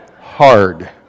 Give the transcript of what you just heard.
Hard